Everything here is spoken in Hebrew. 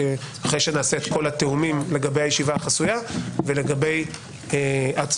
אחרי שנעשה את כל התיאומים לגבי הישיבה החסויה ולגבי הצבעה